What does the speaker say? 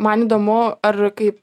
man įdomu ar kaip